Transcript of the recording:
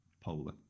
polar